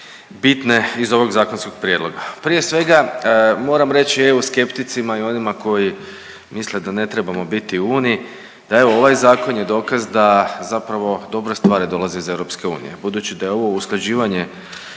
bitne iz ovog zakonskog prijedloga. Prije svega moram reći EU skepticima i onima koji misle da ne trebamo biti u Uniji da evo ovaj zakon je dokaz da zapravo dobre stvari dolaze iz EU. Budući da je ovo usklađivanje